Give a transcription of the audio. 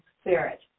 spirit